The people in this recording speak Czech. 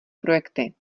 projekty